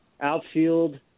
outfield